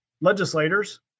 legislators